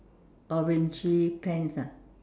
orangey pants ah